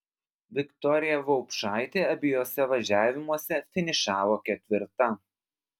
viktorija vaupšaitė abiejuose važiavimuose finišavo ketvirta